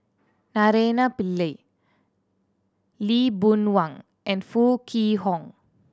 Naraina Pillai Lee Boon Wang and Foo Kwee Horng